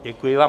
Děkuji vám.